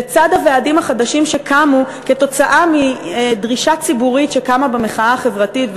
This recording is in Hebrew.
לצד הוועדים החדשים שקמו עקב דרישה ציבורית שקמה במחאה החברתית,